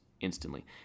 instantly